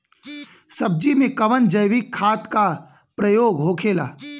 सब्जी में कवन जैविक खाद का प्रयोग होखेला?